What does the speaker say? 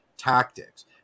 Tactics